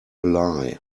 lie